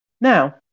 Now